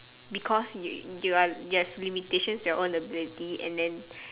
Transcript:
because you you are you has limitations to your own ability and then